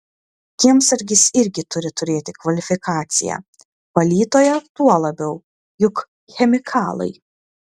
kiemsargis irgi turi turėti kvalifikaciją valytoja tuo labiau juk chemikalai